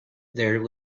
there